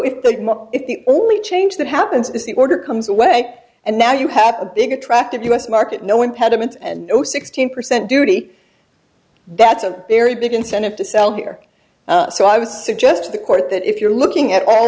if the if the only change that happens is the order comes away and now you have a big attractive u s market no impediments and no sixteen percent duty that's a very big incentive to sell here so i would suggest to the court that if you're looking at all